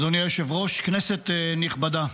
אדוני היושב-ראש, כנסת נכבדה,